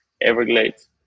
Everglades